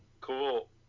Cool